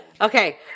Okay